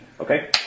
Okay